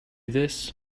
this